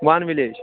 one village